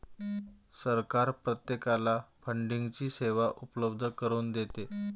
सरकार प्रत्येकाला फंडिंगची सेवा उपलब्ध करून देतं